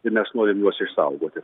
ir mes norim juos išsaugoti